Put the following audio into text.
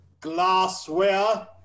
glassware